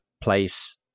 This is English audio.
place